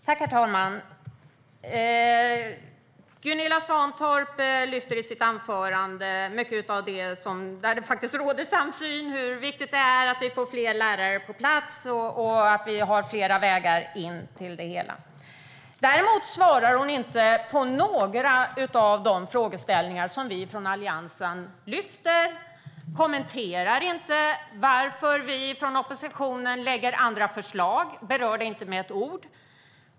Herr talman! Gunilla Svantorp tar upp mycket som det råder samsyn om - hur viktigt det är att vi får fler lärare på plats, att det finns flera vägar in och så vidare. Däremot svarar hon inte på någon av de frågeställningar som vi i Alliansen tar upp. Hon kommenterar inte varför vi i oppositionen lägger fram andra förslag. Hon berör det inte med ett ord.